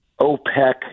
opec